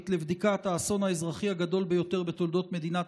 לבדיקת האסון האזרחי הגדול ביותר בתולדות מדינת